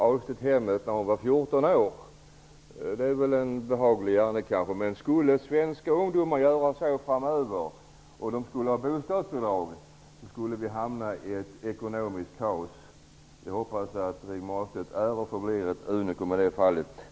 Det kanske är en behaglig gärning. Men om svenska ungdomar skulle göra så framöver, och söka bostadsbidrag, skulle vi hamna i ett ekonomiskt kaos. Jag hoppas att Rigmor Ahlstedt förblir ett unikum i det fallet.